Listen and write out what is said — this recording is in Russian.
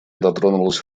дотронулась